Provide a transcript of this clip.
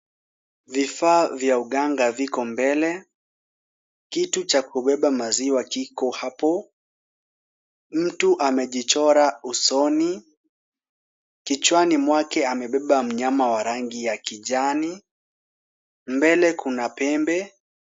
Vifaa vya uganga viko mbele, kitu cha kubeba maziwa kiko hapo, mtu amejichora usoni, kichwani mwake amebeba mnyama wa rangi ya kijani, mbele kuna pembe.